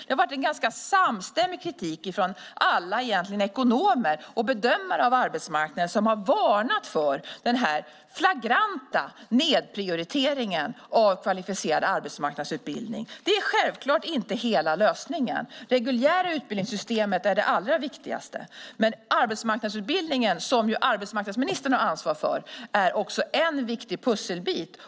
Det har varit en ganska samstämmig kritik från egentligen alla ekonomer och bedömare av arbetsmarknaden som varnat för den här flagranta nedprioriteringen av kvalificerad arbetsmarknadsutbildning. Självklart är det inte hela lösningen. Det reguljära utbildningssystemet är det allra viktigaste. Men också arbetsmarknadsutbildningen, som ju arbetsmarknadsministern har ansvar för, är en viktig pusselbit.